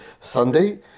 Sunday